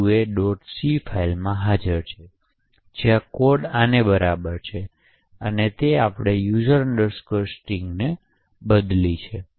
c ફાઇલમાં હાજર છે જ્યાં કોડ આને બરાબર છે જ પણ આપણે user string બદલી છે